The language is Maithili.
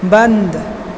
बन्द